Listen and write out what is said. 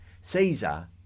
Caesar